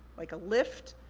like a lift,